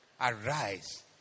Arise